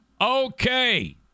Okay